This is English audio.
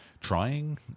trying